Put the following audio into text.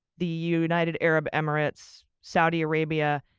the united arab emirates, saudi arabia,